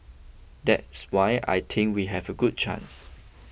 that's why I think we have a good chance